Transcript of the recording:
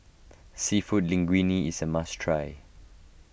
Seafood Linguine is a must try